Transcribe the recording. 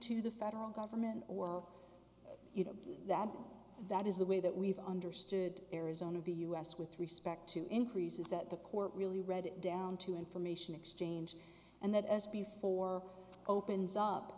to the federal government or you know that that is the way that we've understood arizona of the u s with respect to increases that the court really read down to information exchange and that as before opens up